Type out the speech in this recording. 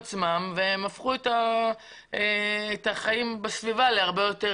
והם הפכו את החיים בסביבה להרבה יותר